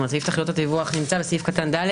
כלומר, סעיף תכליות הדיווח נמצא בסעיף קטן (ד).